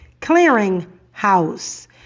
clearinghouse